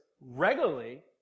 regularly